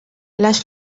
les